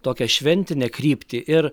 tokią šventinę kryptį ir